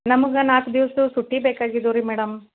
ನಮಗೆ ನಾಲ್ಕು ದಿವ್ಸ ಚುಟ್ಟಿ ಬೇಕಾಗಿದ್ದವು ರೀ ಮೇಡಮ್